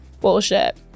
bullshit